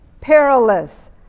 perilous